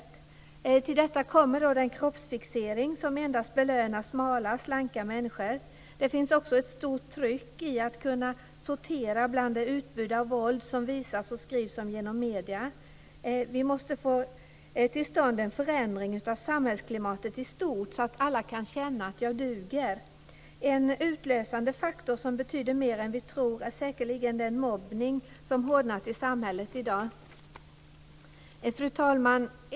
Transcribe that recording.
Till detta kommer den kroppsfixering som endast belönar smala slanka människor. Det finns också ett stort tryck när det gäller att kunna sortera det utbud av våld som visas i medierna. Vi måste få till stånd en förändring av samhällsklimatet i stort, så att alla kan känna att de duger. En utlösande faktor som betyder mer än vi tror är säkerligen den mobbning som hårdnat i samhället i dag. Fru talman!